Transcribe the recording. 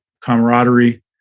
camaraderie